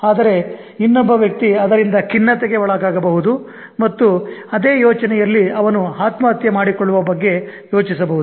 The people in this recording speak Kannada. ಆದರೆ ಇನ್ನೊಬ್ಬ ವ್ಯಕ್ತಿ ಅದರಿಂದ ಖಿನ್ನತೆಗೆ ಒಳಗಾಗಬಹುದು ಮತ್ತು ಅದೇ ಯೋಚನೆಯಲ್ಲಿ ಅವನು ಆತ್ಮಹತ್ಯೆ ಮಾಡಿಕೊಳ್ಳುವ ಬಗ್ಗೆ ಯೋಚಿಸಬಹುದು